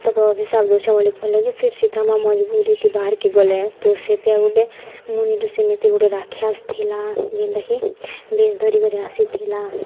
ତାକୁ ଅଭିଶାପ ଦେଉଛେଁ ବୋଲି କଲେ ଯେ ଫେର୍ ସୀତା ମା' ମଜବୁରିକେ ବାହାରକେ ଗଲେ ତ ସେ ତ ଗୋଟେ ମୁନି ଋଷି ନାଇଁ ତ ଗୋଟେ ରାକ୍ଷସ ଥିଲା ଯେନ୍ଟାକି ବେଶ୍ ଧରିକରି ଆସିଥିଲା